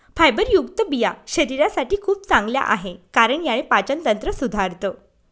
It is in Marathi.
फायबरयुक्त बिया शरीरासाठी खूप चांगल्या आहे, कारण याने पाचन तंत्र सुधारतं